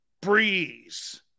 Breeze